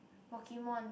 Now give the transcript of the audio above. Pokemon